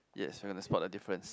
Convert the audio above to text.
yes we gonna spot the difference